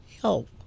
Help